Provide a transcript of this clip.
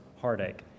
heartache